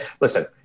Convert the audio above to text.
listen